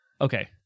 Okay